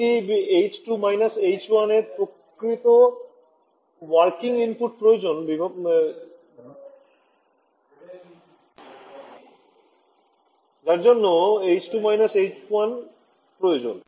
এটি H 2 H 1 প্রকৃত working input প্রয়োজনে যার জন্য h2 h1 প্রয়োজন